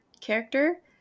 character